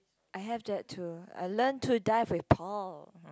I have that too I learn to dive with Paul